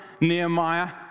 Nehemiah